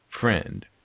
friend